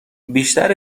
بیشتر